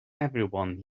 everyone